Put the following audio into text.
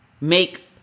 make